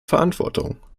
verantwortung